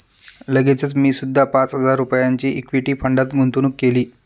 लगेचच मी सुद्धा पाच हजार रुपयांची इक्विटी फंडात गुंतवणूक केली